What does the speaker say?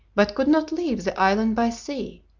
but could not leave the island by sea,